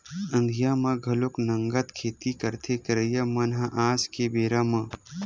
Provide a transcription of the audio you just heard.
अंधिया म घलो नंगत खेती करथे करइया मन ह आज के बेरा म